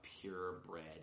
purebred